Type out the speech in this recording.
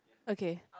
okay